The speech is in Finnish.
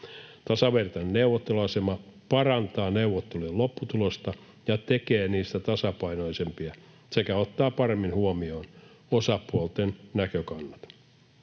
Tasavertainen neuvotteluasema parantaa neuvottelujen lopputulosta ja tekee niistä tasapainoisempia sekä ottaa paremmin huomioon osapuolten näkökannat.